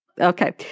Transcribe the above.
Okay